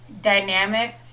dynamic